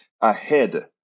ahead